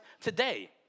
today